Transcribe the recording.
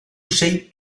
ocell